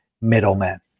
middlemen